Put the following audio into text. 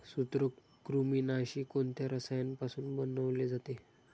सूत्रकृमिनाशी कोणत्या रसायनापासून बनवले जाते?